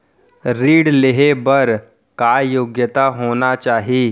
ऋण लेहे बर का योग्यता होना चाही?